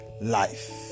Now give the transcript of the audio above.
life